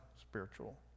spiritual